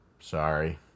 Sorry